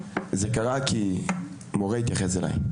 זה קרה כי מורה התייחס אלי,